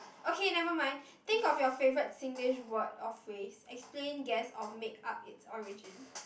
okay never mind think of your favourite Singlish word or phrase explain guess or make up its origin